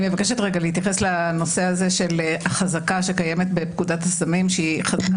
אני מבקשת להתייחס לנושא של החזקה שקיימת בפקודת הסמים שהיא חזקה